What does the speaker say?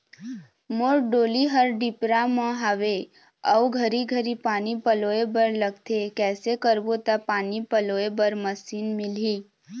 मोर डोली हर डिपरा म हावे अऊ घरी घरी पानी पलोए बर लगथे कैसे करबो त पानी पलोए बर मशीन मिलही?